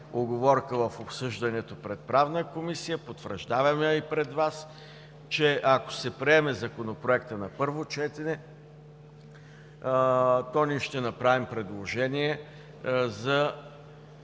в обсъждането пред Правната комисия, потвърждаваме я и пред Вас, че ако се приеме Законопроектът на първо четене, ще направим предложение за